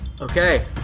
Okay